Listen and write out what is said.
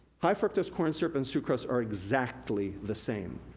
high fructose corn syrup and sucrose are exactly the same.